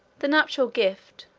the nuptial gift,